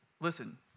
Listen